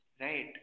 right